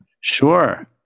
Sure